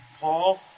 Paul